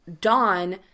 Dawn